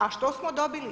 A što smo dobili?